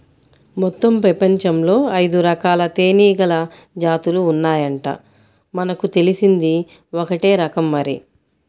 మొత్తం పెపంచంలో ఐదురకాల తేనీగల జాతులు ఉన్నాయంట, మనకు తెలిసింది ఒక్కటే రకం మరి